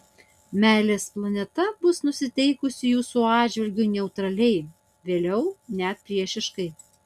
meilės planeta bus nusiteikusi jūsų atžvilgiu neutraliai vėliau net priešiškai